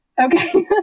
Okay